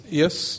yes